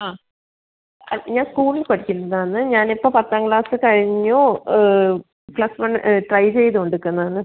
ആ ആ ഞാൻ സ്കൂളിൽ പഠിക്കുന്നതാണ് ഞാൻ ഇപ്പോൾ പത്താം ക്ലാസ്സ് കഴിഞ്ഞു പ്ലസ് വൺ ട്രൈ ചെയ്തോണ്ട് നിക്കുവാണ്